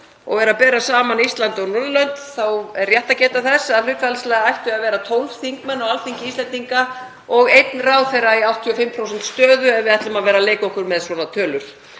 og er að bera saman Ísland og Norðurlöndin þá er rétt að geta þess að hlutfallslega ættu að vera 12 þingmenn á Alþingi Íslendinga og einn ráðherra í 85% stöðu ef við ætlum að vera að leika okkur með svona tölur.